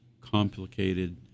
complicated